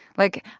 like,